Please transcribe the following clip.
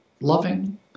loving